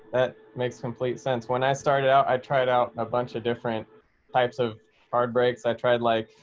that makes complete sense. when i started out, i tried out a bunch of different types of heartbreaks. i tried like,